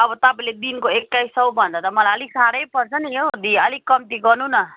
अब तपाईँले दिनको एक्काइस सौ भन्दा त मलाई अलिक साह्रै पर्छ नि हौ दी अलिक कम्ती गर्नु न